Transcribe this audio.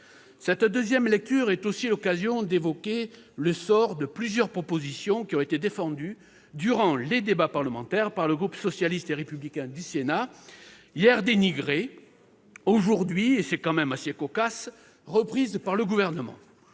Cette nouvelle lecture est aussi l'occasion d'évoquer le sort de plusieurs propositions qui ont été défendues durant les débats parlementaires par le groupe socialiste et républicain du Sénat, hier dénigrées, aujourd'hui reprises par le Gouvernement,